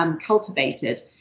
cultivated